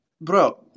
Bro